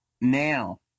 Now